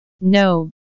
No